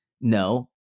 no